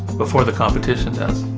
before the competition does.